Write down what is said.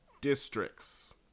districts